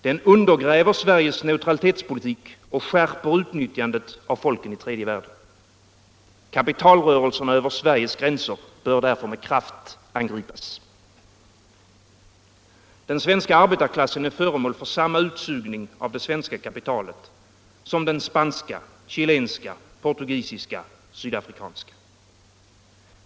Den undergräver Sveriges neutralitetspolitik och skärper utnyttjandet av folken i tredje världen. Kapitalrörelserna över Sveriges gränser bör därför med kraft angripas. Den svenska arbetarklassen är föremål för samma utsugning av det svenska kapitalet som den spanska, chilenska, portugisiska, sydafrikanska.